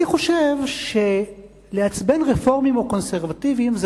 אני חושב שלעצבן רפורמים או קונסרבטיבים זה